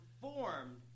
performed